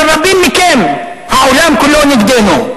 ושל רבים מכם: העולם כולו נגדנו.